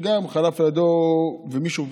שחלף על ידו מישהו וצעק,